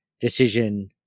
decision